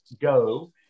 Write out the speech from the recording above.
go